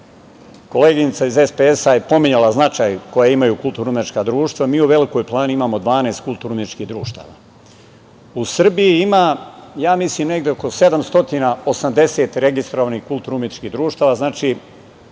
prazni. Koleginica iz SPS je pominjala značaj koja imaju kulturno-umetnička društva. Mi u Velikoj Plani imamo 12 kulturno-umetničkih društava. U Srbiji ima, mislim, negde oko 780 registrovanih kulturno-umetničkih društava, znači